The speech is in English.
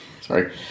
sorry